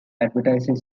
advertising